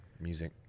music